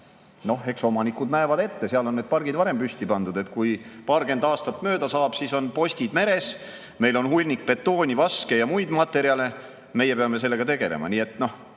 Noh, eks omanikud näevad ette, seal on need pargid varem püsti pandud, et kui paarkümmend aastat mööda saab, siis on postid meres, meil on hunnik betooni, vaske ja muid materjale, meie peame sellega tegelema.